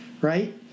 right